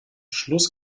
schluss